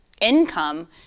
income